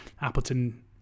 Appleton